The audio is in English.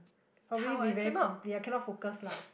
probably be very compl~ I cannot focus lah